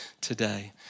today